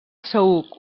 saüc